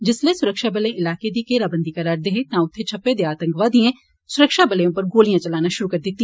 जिस्सलै सुरक्षाबल इलाके दी घेराबंदी करा'रदे हे तां उत्थे छप्पे दे आतंकवादिए सुरक्षाबलें उप्पर गोलियां चलाना शुरु करी दिता